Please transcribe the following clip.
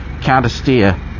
counter-steer